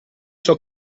ciò